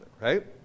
right